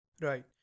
Right